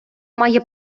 має